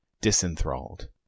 disenthralled